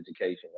education